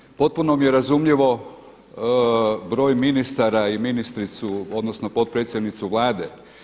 Nadalje potpuno mi je razumljivo broj ministara i ministricu odnosno potpredsjednicu Vlade.